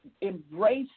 embrace